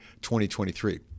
2023